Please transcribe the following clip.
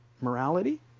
morality